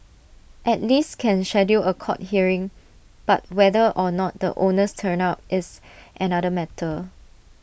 at least can schedule A court hearing but whether or not the owners turn up is another matter